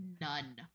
none